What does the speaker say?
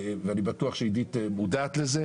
ואני בטוח שאידית מודעת לזה,